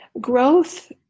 Growth